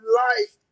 life